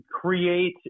create